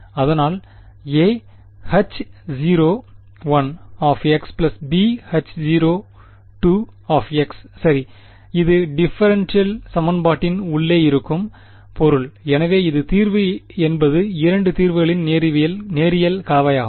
அதனால் aH0 bH0 சரி இது டிஃபரெண்டில் சமன்பாட்டின் உள்ளே இருக்கும் பொருள் எனவே அது தீர்வு என்பது இரண்டு தீர்வுகளின் நேரியல் கலவையாகும்